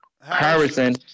Harrison